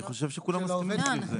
אני חושב שכולם בעד זה.